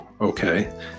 okay